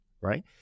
right